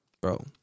Bro